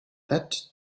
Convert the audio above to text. that